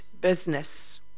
business